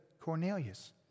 Cornelius